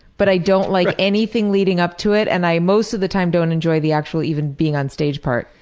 but i don't like anything leading up to it and i most of the time don't enjoy the actual even being on stage part.